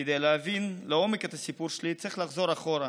כדי להבין לעומק את הסיפור שלי צריך לחזור אחורה,